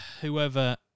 whoever